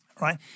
right